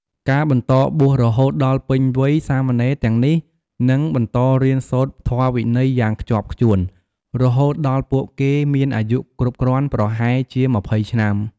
ការបន្តបួសរហូតដល់ពេញវ័យ សាមណេរទាំងនេះនឹងបន្តរៀនសូត្រធម៌វិន័យយ៉ាងខ្ជាប់ខ្ជួនរហូតដល់ពួកគេមានអាយុគ្រប់គ្រាន់ ប្រហែលជា ២០ ឆ្នាំ។